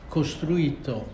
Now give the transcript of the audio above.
costruito